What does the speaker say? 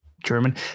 German